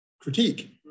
critique